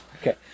Okay